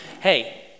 hey